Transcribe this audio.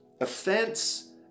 offense